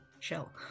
chill